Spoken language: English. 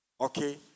Okay